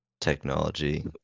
technology